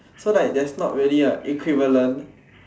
so like there's not really a equivalent